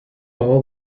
all